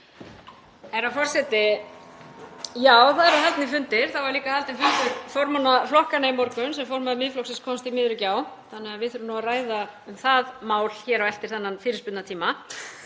Herra forseti. Já, það eru haldnir fundir. Það var líka haldinn fundur formanna flokkanna í morgun sem formaður Miðflokksins komst því miður ekki á; við þurfum að ræða það mál hér eftir þennan fyrirspurnatíma.